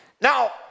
Now